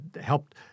helped